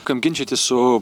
kam ginčytis su